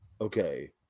Okay